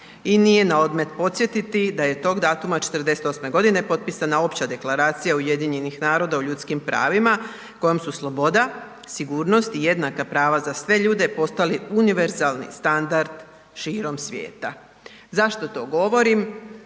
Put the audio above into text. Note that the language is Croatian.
i nije na odmet podsjetiti da je tog datuma '48.g. potpisana opća Deklaracija UN-a o ljudskim pravima kojom su sloboda, sigurnost i jednaka prava za sve ljude postali univerzalni standard širom svijeta. Zašto to govorim?